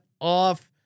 off